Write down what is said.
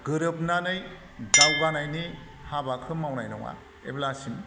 गोरोबनानै दावगानायनि हाबाखौ मावनाय नङा जेब्लासिम